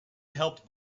helped